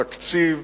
בתקציב,